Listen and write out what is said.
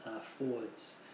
forwards